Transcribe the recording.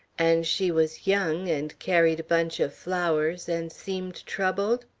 and she was young, and carried a bunch of flowers, and seemed troubled?